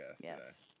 Yes